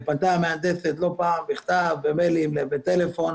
פנתה המהנדסת לא פעם בכתב, במיילים, בטלפון